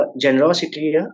generosity